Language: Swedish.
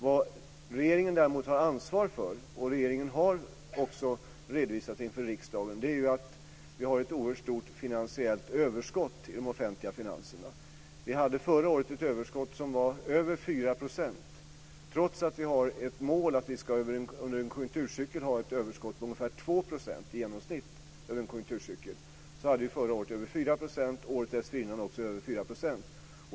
Vad regeringen däremot har ansvar för - detta har regeringen också redovisat inför riksdagen - är att vi har ett oerhört stort finansiellt överskott i de offentliga finanserna. Vi hade förra året ett överskott som var över 4 %, trots att vi har som mål att vi under en konjunkturcykel ska ha ett överskott på ungefär 2 % i genomsnitt. Också året dessförinnan var överskottet över 4 %.